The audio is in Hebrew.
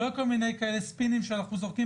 לא על כל מיני כאלה ספינים שאנחנו זורקים